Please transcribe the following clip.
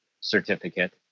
certificate